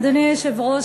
אדוני היושב-ראש,